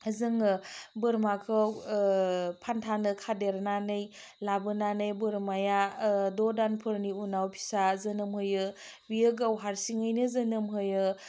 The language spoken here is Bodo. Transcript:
जोङो बोरमाखौ फानथानो खादेरनानै लाबोनानै बोरमाया द' दाननि उनाव फिसा जोनोम होयो बियो गाव हारसिङैनो जोनोम होयो